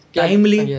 timely